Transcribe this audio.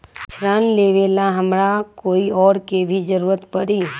ऋन लेबेला हमरा कोई और के भी जरूरत परी?